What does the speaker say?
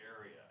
area